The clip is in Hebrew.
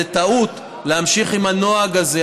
זו טעות להמשיך עם הנוהג הזה,